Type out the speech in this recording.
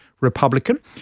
Republican